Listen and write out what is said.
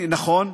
נכון,